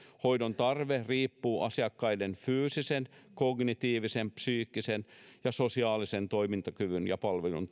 hoidon tarve riippuu asiakkaiden fyysisestä kognitiivisesta psyykkisestä ja sosiaalisesta toimintakyvystä ja palvelun